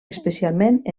especialment